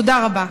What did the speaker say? תודה רבה.